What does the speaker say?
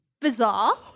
Bizarre